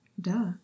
Duh